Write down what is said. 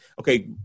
okay